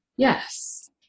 Yes